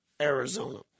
Arizona